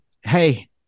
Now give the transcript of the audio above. Hey